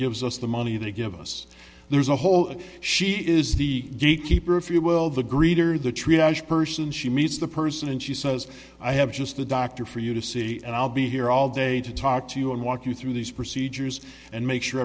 gives us the money to give us there's a whole she is the keeper if you will the greed or the trash person she meets the person and she says i have just the doctor for you to see and i'll be here all day to talk to you and walk you through these procedures and make sure